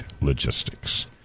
logistics